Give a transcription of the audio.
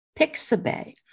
Pixabay